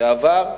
זה עבר,